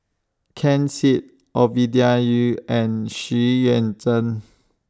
Ken Seet Ovidia Yu and Xu Yuan Zhen